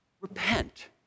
Repent